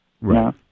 Right